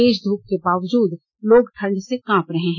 तेज ध्रप के बावजूद लोग ठंड से कांप रहे हैं